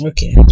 Okay